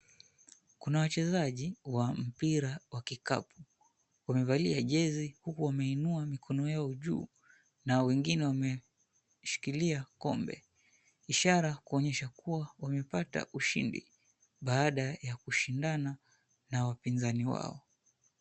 Kuna wachezaji wa mpira wa kikapu. Wamevalia jezi huku wameinua mikono yao juu na wengine wameshikilia kombe, ishara kuonyesha kuwa wamepata ushindi baada ya kushindana na wapinzani wao.